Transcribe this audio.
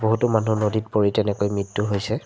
বহুতো মানুহ নদীত পৰি তেনেকৈ মৃত্যু হৈছে